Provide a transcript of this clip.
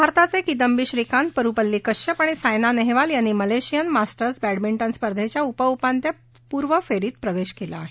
भारताये किदम्बी श्रीकांत परुपल्ली कश्यप आणि सायना नेहवाल यांनी Malaysian Masters badminton स्पर्धेच्या उपउपांत्यपूर्व फेरीत प्रवेश केला आहे